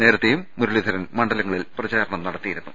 നേരത്തെയും മുരളീധരൻ മണ്ഡലങ്ങളിൽ പ്രചാരണം നടത്തിയിരുന്നു